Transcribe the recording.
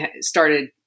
started